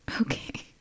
Okay